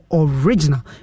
original